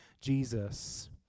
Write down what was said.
Jesus